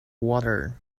water